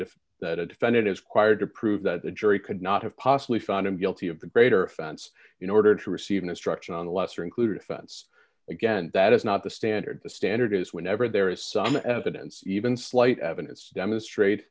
if that a defendant is choir to prove that the jury could not have possibly found him guilty of the greater offense in order to receive an instruction on a lesser included offense again that is not the standard the standard is whenever there is some evidence even slight evidence demonstrate